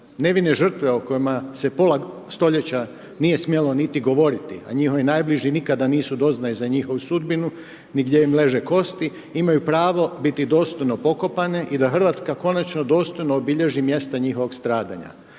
Nevine žrtve o kojima se pola stoljeća nije smjelo niti govoriti, a njihovi najbliži, nikada nisu doznali za njihovu sudbinu, ni gdje im leže kosti, imaju pravo, biti dostojno pokopane i da Hrvatska konačno dostojno obilježi mjesta njihova stradanja.